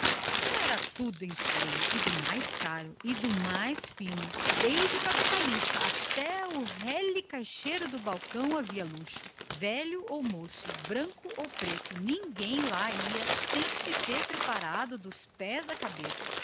era tudo em folha e do mais caro e do mais fino nesse dia todos luxavam desde o capitalista até o ralé caixeiro de balcão velho ou moço branco ou preto ninguém lá ia sem se haver preparado da cabeça